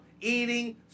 eating